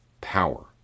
power